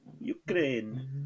ukraine